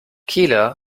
keeler